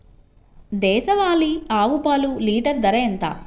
దేశవాలీ ఆవు పాలు లీటరు ధర ఎంత?